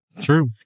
True